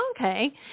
Okay